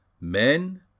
men